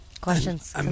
Questions